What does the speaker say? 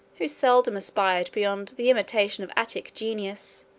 who seldom aspired beyond the imitation of attic genius,